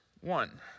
one